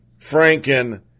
Franken